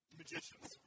magicians